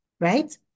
right